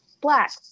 black